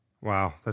Wow